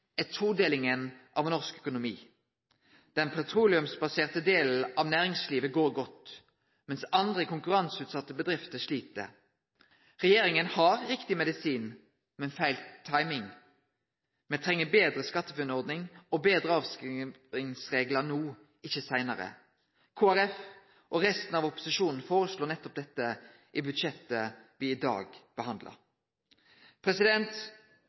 er todelinga i norsk økonomi. Den petroleumsbaserte delen av næringslivet går godt, mens andre konkurranseutsette bedrifter slit. Regjeringa har riktig medisin, men feil timing. Me treng ei betre SkatteFUNN-ordning og betre avskrivingsreglar no – og ikkje seinare. Kristeleg Folkeparti og resten av opposisjonen foreslår nettopp dette i budsjettet me i dag